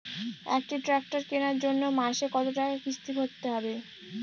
একটি ট্র্যাক্টর কেনার জন্য মাসে কত টাকা কিস্তি ভরতে হবে?